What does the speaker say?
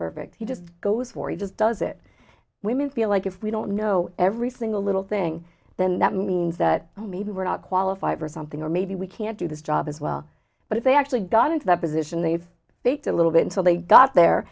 perfect he just goes for he just does it women feel like if we don't know every single little thing then that means that maybe we're not qualified for something or maybe we can't do this job as well but if they actually got into that position they've paid a little bit until they got there